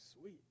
sweet